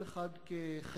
כל אחד כחפצו,